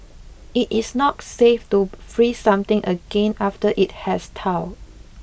it is not safe to freeze something again after it has thawed